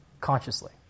consciously